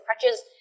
crutches